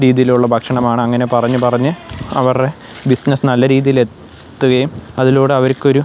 രീതിയിലുള്ള ഭക്ഷണമാണ് അങ്ങനെ പറഞ്ഞ് പറഞ്ഞ് അവരുടെ ബിസിനസ് നല്ല രീതിയിൽ എത്തുകയും അതിലൂടെ അവർക്കൊരു